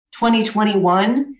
2021